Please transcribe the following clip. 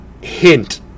hint